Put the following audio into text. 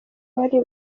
bari